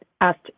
asked